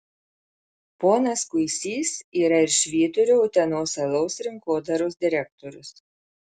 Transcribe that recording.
ponas kuisys yra ir švyturio utenos alaus rinkodaros direktorius